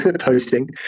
posting